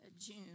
June